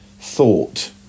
thought